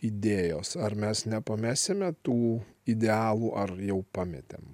idėjos ar mes nepamesime tų idealų ar jau pametėm